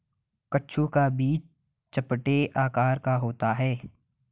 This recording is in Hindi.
कद्दू का बीज चपटे आकार का होता है